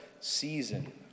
season